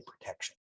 protection